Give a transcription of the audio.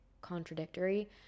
contradictory